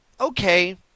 okay